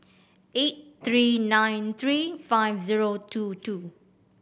eight three nine three five zero two two